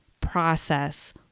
process